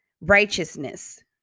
righteousness